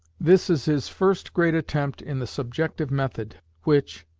this is his first great attempt in the subjective method, which,